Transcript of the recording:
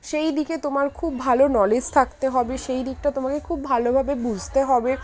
সেই দিকে তোমার খুব ভালো নলেজ থাকতে হবে সেই দিকটা তোমাকে খুব ভালোভাবে বুঝতে হবে